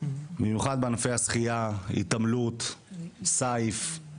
במיוחד בענפי השחייה, התעמלות, סייף,